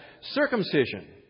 circumcision